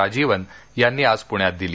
राजीवन यांनी आज प्ण्यात दिली